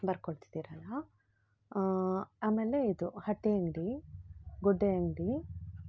ಬರ್ಕೊಳ್ತಿದ್ದಿರಲ್ಲ ಆಮೇಲೆ ಇದು ಹಟ್ಟಿ ಅಂಗಡಿ ಗುಡ್ಡೆಯಂಗಡಿ